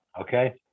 Okay